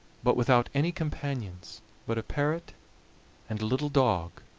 but without any companions but a parrot and a little dog,